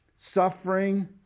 suffering